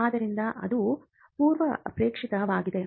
ಆದ್ದರಿಂದ ಅದು ಪೂರ್ವಾಪೇಕ್ಷಿತವಾಗಿದೆ